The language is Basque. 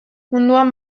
munduan